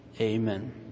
amen